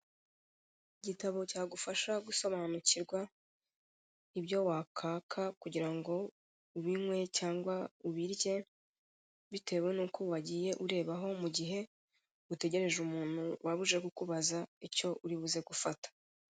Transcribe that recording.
Igitabo cyagufasha gusobanukirwa ibyo wakaka kugira ngo ubinywe cyangwa ubirye, bitewe n'uko wagiye urebaho mu gihe utegereje umuntu waba uje kukubaza icyo uri buze gufata.